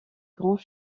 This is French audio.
grands